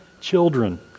children